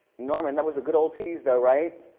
norman, that was a good old tease though, right?